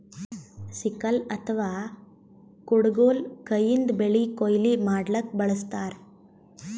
sickle ಅಥವಾ ಕುಡಗೊಲ್ ಕೈಯಿಂದ್ ಬೆಳಿ ಕೊಯ್ಲಿ ಮಾಡ್ಲಕ್ಕ್ ಬಳಸ್ತಾರ್